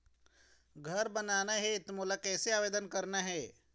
घर बनाना ही त मोला कैसे आवेदन करना हे?